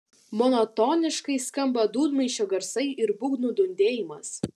monotoniškai skamba dūdmaišio garsai ir būgnų dundėjimas